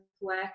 work